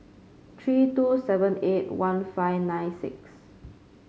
three two seven eight one five nine six